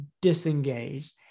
disengaged